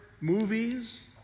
movies